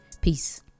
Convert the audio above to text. Peace